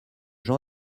jean